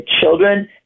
Children